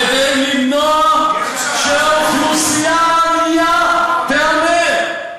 כדי למנוע שאוכלוסייה ענייה תהמר.